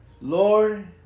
Lord